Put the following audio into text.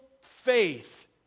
faith